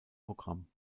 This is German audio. programm